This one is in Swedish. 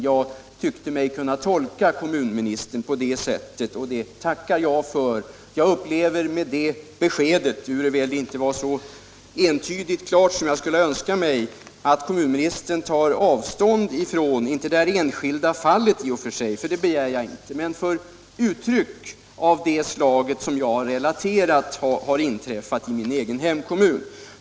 Jag tyckte mig kunna tolka vad kommunministern sade så, och det tackar jag för. Med det beskedet upplever jag, ehuru det inte var så entydigt och klart som jag skulle ha önskat mig, att kommunministern tar avstånd från, inte det här enskilda fallet — det begär jag inte — men händelser av det slag som jag relaterat från min hemkommun.